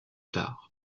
tard